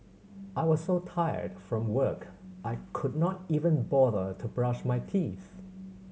I was so tired from work I could not even bother to brush my teeth